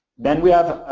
then we have,